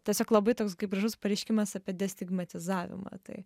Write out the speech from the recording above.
tiesiog labai toks gražus pareiškimas apie destigmatizavimą tai